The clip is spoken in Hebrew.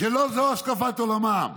שלא זו השקפת עולמם.